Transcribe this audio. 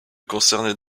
concernait